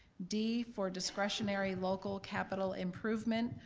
d, for discretionary local capital improvement,